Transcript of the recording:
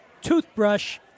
toothbrush